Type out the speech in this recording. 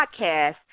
podcast